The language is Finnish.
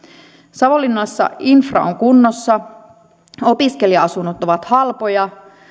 savonlinnassa infra on kunnossa opiskelija asunnot ovat halpoja